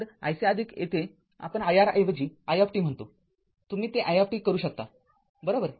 तर iC येथे आपण iR ऐवजी i म्हणतो तुम्ही ते i करू शकताबरोबर